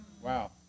Wow